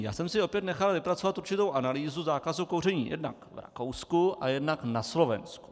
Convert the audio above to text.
Já jsem si opět nechal vypracovat určitou analýzu zákazu kouření jednak v Rakousku a jednak na Slovensku.